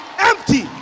Empty